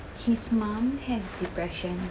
his mom has depression